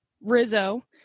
Rizzo